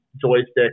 Joystick